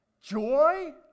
joy